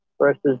Versus